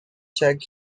check